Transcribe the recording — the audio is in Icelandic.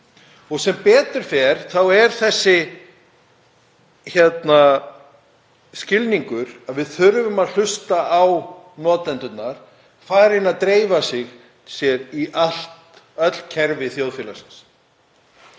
þá. Sem betur fer er þessi skilningur, að við þurfum að hlusta á notendurna, farinn að dreifa sér í öll kerfi þjóðfélagsins.